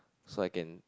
so I can